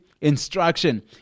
instruction